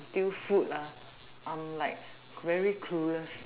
until food ah I'm like very clueless